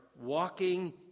walking